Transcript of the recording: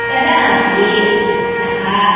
तदापि सः